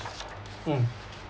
mm